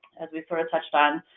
as we sort of touched on,